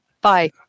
Bye